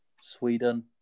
Sweden